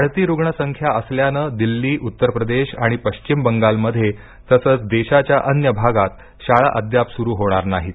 वाढती रुग्ण संख्या असल्याने दिल्ली उत्तर प्रदेश आणि पश्चिम बंगाल मध्ये तसेच देशाच्या अन्य भागात शाळा अद्याप सुरू होणार नाहीत